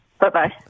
Bye-bye